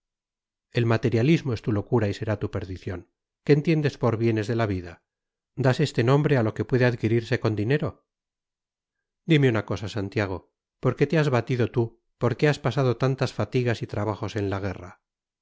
el materialismo es tu locura y será tu perdición qué entiendes por bienes de la vida das este nombre a lo que puede adquirirse con dinero dime una cosa santiago por qué te has batido tú por qué has pasado tantas fatigas y trabajos en la guerra